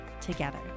together